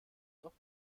doch